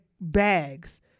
bags